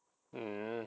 mm